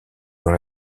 dans